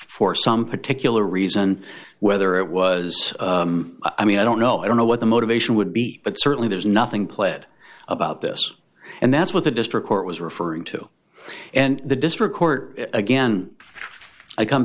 for some particular reason whether it was i mean i don't know i don't know what the motivation would be but certainly there's nothing pled about this and that's what the district court was referring to and the district court again i come